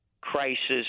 crisis